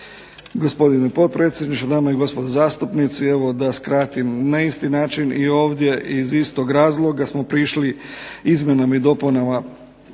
Gospodine potpredsjedniče, dame i gospodo zastupnici. Evo da skratim. Na isti način i ovdje iz istog razloga smo prišli izmjenama i dopunama